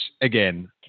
again